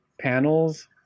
panels